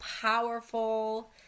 powerful